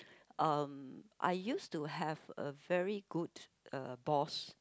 um I used to have a very good uh boss